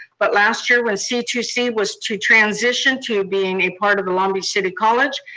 but last year when c two c was to transition to being a part of the long beach city college,